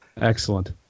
Excellent